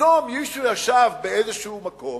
פתאום מישהו ישב באיזה מקום,